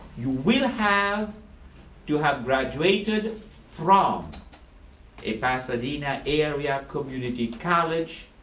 you will have to have graduated from a pasadena area community college